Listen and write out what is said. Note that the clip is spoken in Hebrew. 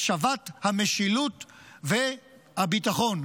השבת המשילות והביטחון,